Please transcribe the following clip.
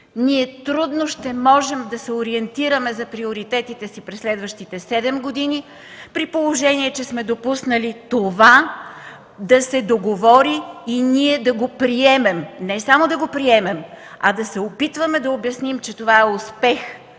Ние трудно ще можем да се ориентираме за приоритетите си през следващите седем години, при положение че сме допуснали това да се договори и ние да го приемем, и не само да го приемем, а да се опитваме да обясним, че това е успех